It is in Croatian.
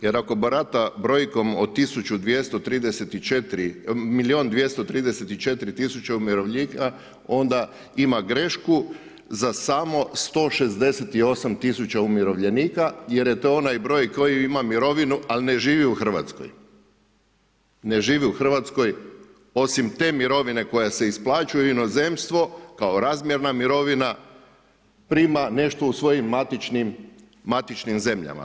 Jer ako barata brojkom od milijun 234 tisuće umirovljenika onda ima grešku za samo 168 tisuća umirovljenika jer je to onaj broj koji ima mirovinu ali ne živi u Hrvatskoj, ne živi u Hrvatskoj osim te mirovine koja se isplaćuje u inozemstvo kao razmjerna mirovina prima nešto u svojim matičnim zemljama.